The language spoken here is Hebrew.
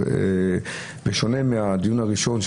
אז בשונה מהדיון הראשון,